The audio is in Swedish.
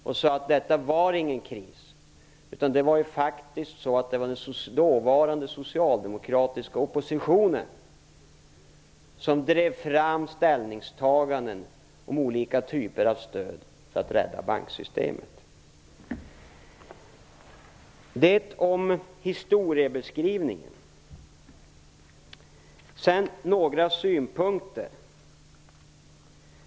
Man sade att detta inte var någon kris. Det var den dåvarande socialdemokratiska oppositionen som drev fram ställningstaganden om olika typer av stöd för att rädda banksystemet. Detta om historien. Sedan vill jag framföra några synpunkter.